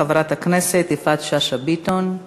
חברת הכנסת יפעת שאשא ביטון,